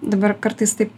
dabar kartais taip